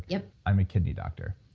yeah i'm a kidney doctor.